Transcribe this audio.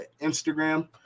Instagram